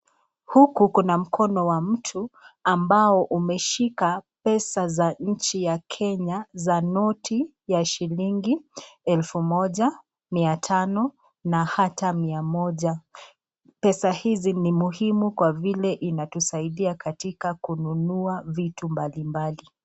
Huku kuna mkono wa mtu ambao umeshika pesa za nchi ya Kenya za noti ya shilingi elfu moja, mia tano na ata mia moja. Pesa hizi ni muhimu kwa vile inatusaidia katika kununua vitu mbalimbali.